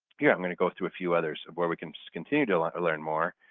yeah i'm going to go through a few others where we can just continue to like learn more.